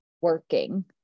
working